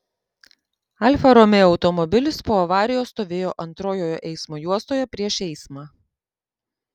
alfa romeo automobilis po avarijos stovėjo antrojoje eismo juostoje prieš eismą